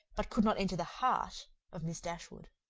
but could not enter the heart of miss dashwood.